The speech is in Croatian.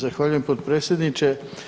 Zahvaljujem potpredsjedniče.